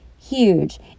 huge